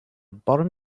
bottom